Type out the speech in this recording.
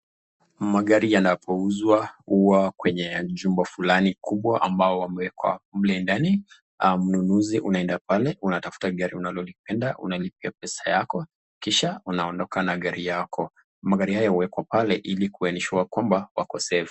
Magari yanapouzwa huwa kwenye chumba fulani kubwa ambao wameekwa mle ndani, mnunuzi unaenda pale unatafuta gari unalolipenda unalipia pesa yako kisha unaondoka na gari yako. Magari haya huekwa pale ili kuensure kwamba wako safe .